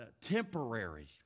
temporary